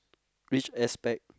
which aspect